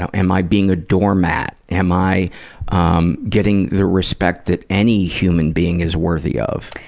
so am i being a doormat? am i um getting the respect that any human being is worthy of?